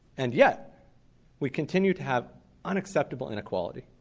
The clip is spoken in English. and yet we continue to have unacceptable inequality.